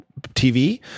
TV